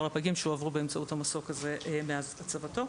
הפגים שהועברו באמצעות המסוק הזה מאז הצבתו.